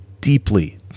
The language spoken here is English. deeply